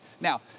Now